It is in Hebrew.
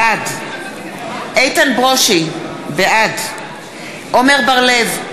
בעד איתן ברושי, בעד עמר בר-לב,